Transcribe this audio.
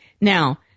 Now